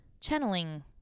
channeling